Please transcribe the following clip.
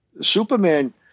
Superman